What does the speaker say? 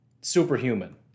superhuman